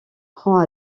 prend